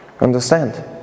Understand